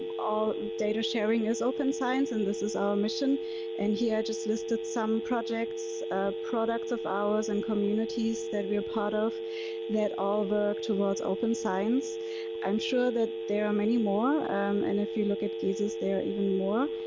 data sharing is open science and this is our mission and here i just listed some projects products of ours and communities that we are part of that all work towards open science i'm sure that there are many more and if you look at cases they're even more